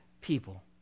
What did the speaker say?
people